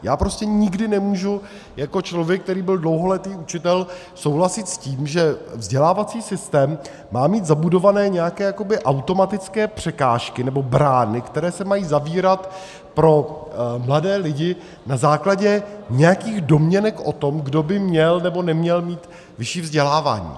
Já prostě nikdy nemůžu jako člověk, který byl dlouholetý učitel, souhlasit s tím, že vzdělávací systém má mít zabudované nějaké jakoby automatické překážky nebo brány, které se mají zavírat pro mladé lidi na základě nějakých domněnek o tom, kdo by měl nebo neměl mít vyšší vzdělávání.